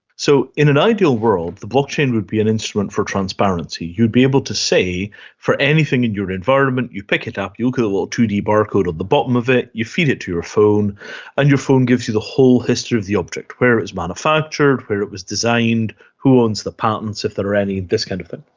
so in an ideal world the blockchain would be an instrument for transparency. you'd be able to say for anything in your environment you pick it up, you'll get a little two d barcode on the bottom of it, you feed it to your phone and your phone gives you the whole history of the object where it's manufactured, where it was designed, who owns the patents if there are any, this kind of thing.